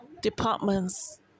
departments